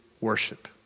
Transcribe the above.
worship